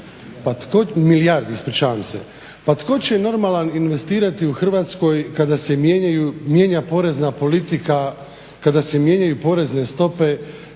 Milijardi, ispričavam se. Pa tko će normalan investirati u Hrvatskoj kada se mijenja porezna politika, kada se mijenjaju porezne stope,